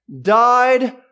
died